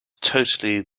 totally